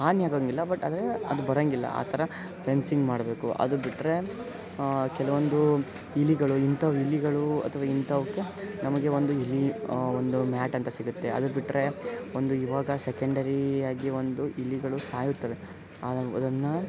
ಹಾನಿ ಆಗಂಗಿಲ್ಲ ಬಟ್ ಆದರೆ ಅದು ಬರಂಗಿಲ್ಲ ಆ ಥರ ಫೆನ್ಸಿಂಗ್ ಮಾಡಬೇಕು ಅದು ಬಿಟ್ಟರೆ ಕೆಲವೊಂದು ಇಲಿಗಳು ಇಂಥವು ಇಲಿಗಳು ಅಥವಾ ಇಂಥವಕ್ಕೆ ನಮಗೆ ಒಂದು ಇಲಿ ಒಂದು ಮ್ಯಾಟ್ ಅಂತ ಸಿಗುತ್ತೆ ಅದು ಬಿಟ್ಟರೆ ಒಂದು ಇವಾಗ ಸೆಕೆಂಡರಿಯಾಗಿ ಒಂದು ಇಲಿಗಳು ಸಾಯುತ್ತವೆ ಅದನ್ನು